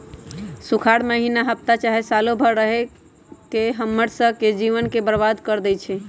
सुखार माहिन्ना हफ्ता चाहे सालों भर रहके हम्मर स के जीवन के बर्बाद कर देई छई